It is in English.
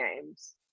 Games